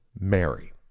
Mary